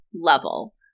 level